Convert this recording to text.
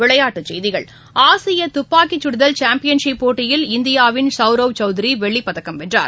விளையாட்டுச் செய்திகள் ஆசிய துப்பாக்கிச்சுதல் சாம்பியன்ஷிப் போட்டியில் இந்தியாவின் சவுரப் சௌத்ரி வெள்ளிப் பதக்கம் வென்றார்